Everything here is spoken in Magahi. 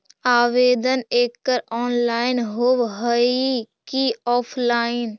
आवेदन एकड़ ऑनलाइन होव हइ की ऑफलाइन?